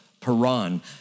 Paran